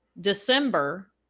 December